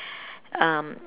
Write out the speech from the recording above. um